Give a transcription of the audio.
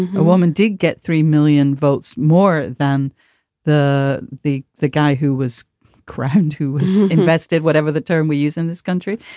a woman did get three million votes more than the the the guy who was crowned, who invested whatever the term we use in this country.